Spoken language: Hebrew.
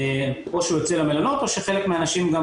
או שהוא יוצא למלונות או שחלק מהאנשים גם